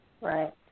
Right